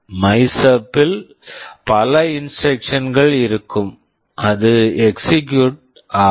மைசப் MYSUB இல் பல instructions instructions கள் இருக்கும் அது எக்ஸிகுயூட் execute ஆகும்